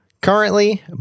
currently